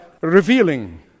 revealing